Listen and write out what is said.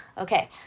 Okay